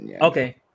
Okay